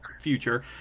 future